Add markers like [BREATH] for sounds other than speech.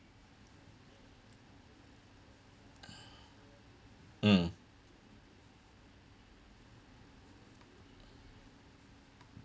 [BREATH] mm